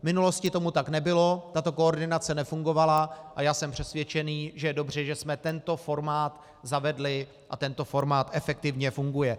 V minulosti tomu tak nebylo, tato koordinace nefungovala a já jsem přesvědčený, že je dobře, že jsme tento formát zavedli a tento formát efektivně funguje.